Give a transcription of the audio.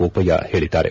ಬೋಪಯ್ಯ ಹೇಳಿದ್ದಾರೆ